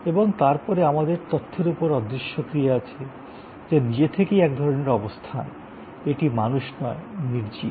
এবং তারপরে আমাদের তথ্যের উপর অদৃশ্য ক্রিয়া আছে যা নিজে থেকেই একধরনের অবস্থান এটি মানুষ নয় নির্জীব